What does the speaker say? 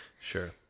Sure